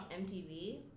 MTV